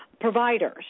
providers